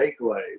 takeaways